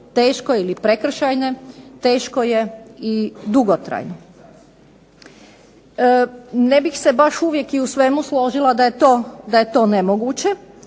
teško ili prekršajne teško je i dugotrajno. Ne bih se baš uvijek i u svemu složila da je to nemoguće,